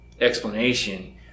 explanation